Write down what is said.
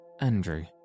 Andrew